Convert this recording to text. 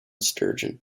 sturgeon